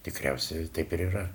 tikriausiai taip ir yra